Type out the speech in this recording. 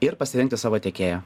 ir pasirinkti savo tiekėją